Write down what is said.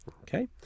okay